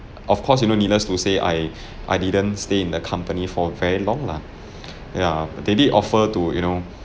of course you know needless to say I I didn't stay in the company for very long lah ya but they did offer to you know